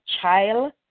child